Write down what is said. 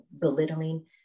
belittling